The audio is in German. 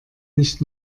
nicht